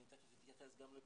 אני תיכף גם אתייחס לפעילות,